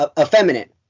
effeminate